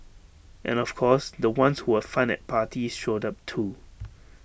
and of course the ones who were fun at parties showed up too